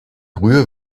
brühe